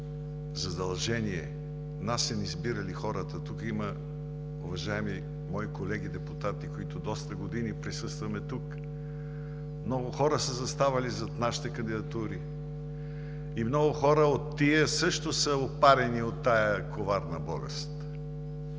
задължение. Нас са ни избирали хората. Тук има уважаеми мои колеги депутати, които доста години присъстваме тук. Много хора са заставали зад нашите кандидатури и много хора също са опарени от тази коварна болест.